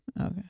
Okay